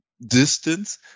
distance